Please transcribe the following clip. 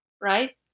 Right